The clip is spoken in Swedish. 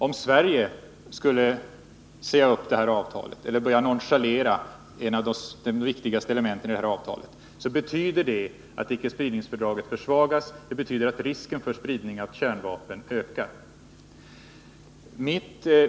Om Sverige skulle säga upp avtalet eller börja nonchalera ett av de viktigaste elementen i det, skulle det betyda att icke-spridningsfördraget försvagades, vilket skulle medföra att risken för spridning av kärnvapen skulle öka.